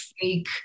fake